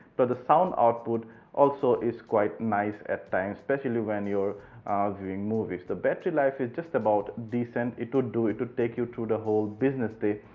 but the sound output also is quite nice at times specially when you are viewing movies. the battery life is just about decent it would do it would take you to the whole business day.